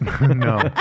No